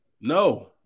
No